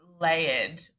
layered